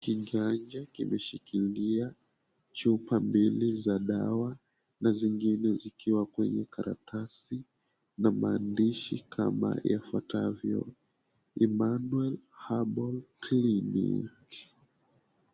Kinganja kimeshikilia chupa mbili za dawa na zingine zikiwa kwenye karatasi na maandishi kama yafuatavyo, Emmanuel Herbal Clinic.